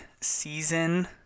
season